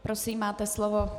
Prosím, máte slovo.